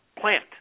plant